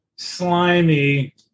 slimy